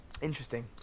interesting